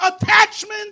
attachment